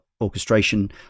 orchestration